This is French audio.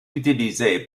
utilisé